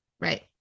Right